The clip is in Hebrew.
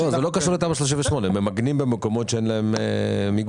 זה לא קשור לתמ"א 38 אבל ממגנים במקומות שאין להם מיגון.